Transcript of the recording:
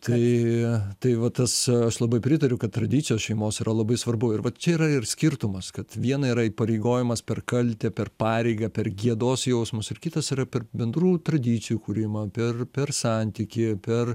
tai tai va tas aš labai pritariu kad tradicijos šeimos yra labai svarbu ir va čia yra ir skirtumas kad viena yra įpareigojimas per kaltę per pareigą per gėdos jausmus ir kitas yra per bendrų tradicijų kūrimą per per santykį per